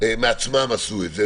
מעצמם עשו את זה,